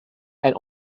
and